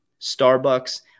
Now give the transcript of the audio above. Starbucks